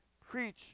preach